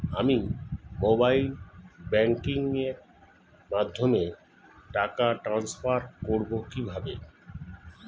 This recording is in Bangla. আমি মোবাইল ব্যাংকিং এর মাধ্যমে টাকা টান্সফার করব কিভাবে?